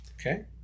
Okay